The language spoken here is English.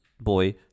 boy